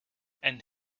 and